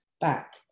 back